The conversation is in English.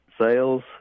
sales